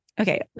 Okay